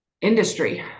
industry